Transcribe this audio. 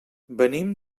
venim